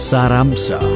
Saramsa